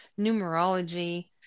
numerology